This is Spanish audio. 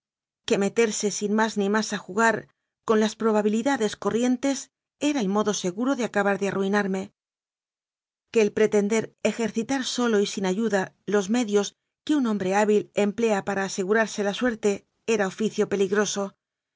que meterse sin más ni más a jugar con las probabilidades corrientes era el modo seguro de acabar de arruinarme que el pretender ejercitar solo y sin ayuda los medios que un hombre hábil emplea para asegurarse la suerte era oficio peligroso